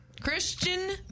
Christian